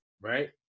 Right